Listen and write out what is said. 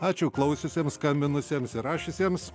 ačiū klausiusiems skambinusiems ir rašiusiems